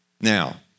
Now